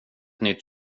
nytt